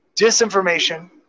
disinformation